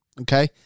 okay